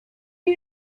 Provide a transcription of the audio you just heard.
you